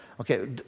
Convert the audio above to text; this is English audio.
Okay